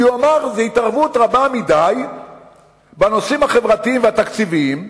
כי הוא אמר: זאת התערבות רבה מדי בנושאים החברתיים והתקציביים,